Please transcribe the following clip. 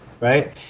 right